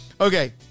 Okay